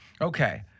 Okay